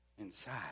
Inside